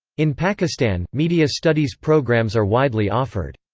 in pakistan, media studies programs are widely offered.